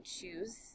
choose